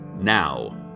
now